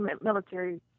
military